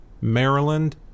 maryland